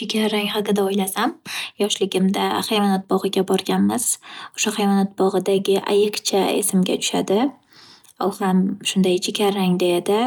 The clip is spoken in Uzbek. Jigarrang haqida o’ylasam yoshligimda hayvonot bog’iga borganmiz. O'sha hayvonot bog’idagi ayiqcha esimga tushadi u ham shunday jigarrangda edi